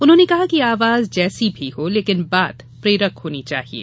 उन्होंने कहा कि आवाज जैसी भी हो लेकिन बात प्रेरक होनी चाहिये